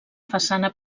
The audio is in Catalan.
façana